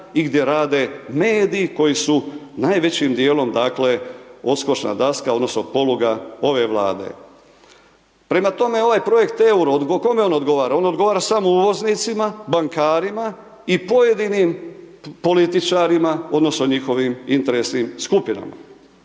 i gdje rade mediji koji su najvećim dijelom odskočna daska, odnosno poluga ove vlade. Prema tome ovaj projekt euro, kome on odgovara, on odgovara samo uvoznicima, bankarima, i pojedinim političarima, odnosno, njihovim interesnim skupinama.